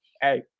hey